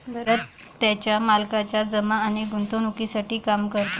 भरत त्याच्या मालकाच्या जमा आणि गुंतवणूकीसाठी काम करतो